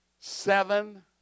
Seven